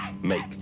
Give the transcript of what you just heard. Make